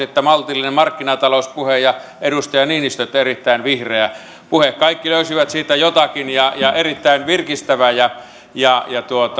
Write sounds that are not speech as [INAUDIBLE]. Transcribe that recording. [UNINTELLIGIBLE] että maltillinen markkinatalouspuhe ja edustaja niinistö totesi että erittäin vihreä puhe kaikki löysivät siitä jotakin ja se oli erittäin virkistävä ja ja